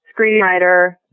screenwriter